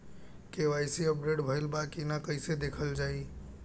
KYC update भइल बा कि ना कइसे देखल जाइ?